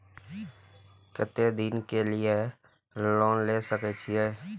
केते दिन के लिए लोन ले सके छिए?